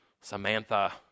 Samantha